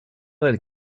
del